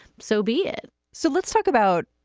so be it so let's talk about